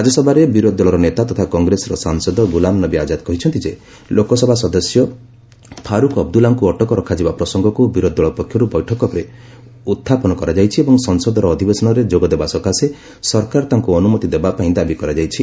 ରାଜ୍ୟସଭାରେ ବିରୋଧୀ ଦଳର ନେତା ତଥା କଂଗ୍ରେସର ସାଂସଦ ଗୁଲାମ୍ନବୀ ଆଜାଦ୍ କହିଛନ୍ତି ଯେ ଲୋକସଭା ସଦସ୍ୟ ଫାରୁକ୍ ଅବଦୁଲ୍ଲାଙ୍କୁ ଅଟକ ରଖାଯିବା ପ୍ରସଙ୍ଗକୁ ବିରୋଧୀ ଦଳପକ୍ଷରୁ ବୈଠକରେ ଉତ୍ଥାପନ କରାଯାଇଛି ଏବଂ ସଂସଦର ଅଧିବେଶନରେ ଯୋଗଦେବା ଲାଗି ସରକାର ତାଙ୍କ ଅନ୍ଦ୍ରମତି ଦେବା ଲାଗି ଦାବି କରାଯାଇଛି